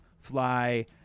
fly